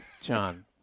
John